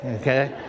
okay